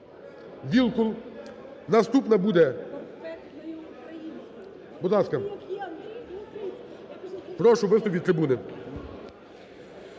Вілкул. Наступний буде… Будь ласка. Прошу, виступ від трибуни.